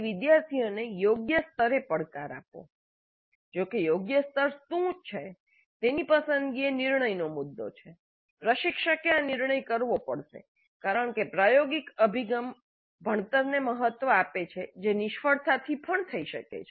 વિદ્યાર્થીઓને યોગ્ય સ્તરે પડકાર આપો જો કે યોગ્ય સ્તર શું છે તેની પસંદગી એ નિર્ણયનો મુદ્દો છે પ્રશિક્ષકે આ નિર્ણય કરવો પડશે કારણ કે પ્રાયોગિક અભિગમ ભણતરને મહત્વ આપે છે જે નિષ્ફળતાથી પણ થઈ શકે છે